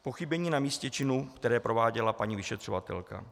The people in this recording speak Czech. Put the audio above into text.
Pochybení na místě činu, které prováděla paní vyšetřovatelka.